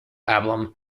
album